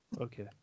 Okay